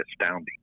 astounding